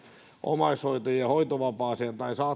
omaishoitajien hoitovapaaseen tai